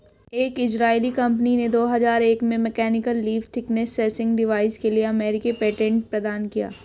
एक इजरायली कंपनी ने दो हजार एक में mechanical leaf thickness sensing device के लिए अमेरिकी पेटेंट प्रदान किया